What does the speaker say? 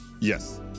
Yes